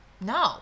No